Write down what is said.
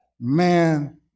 Man